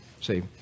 See